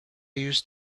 used